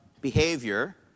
behavior